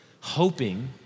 hoping